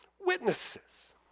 witnesses